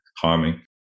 harming